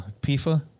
PIFA